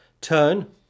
turn